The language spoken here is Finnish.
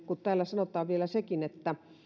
kun täällä sanotaan vielä sekin että